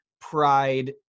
pride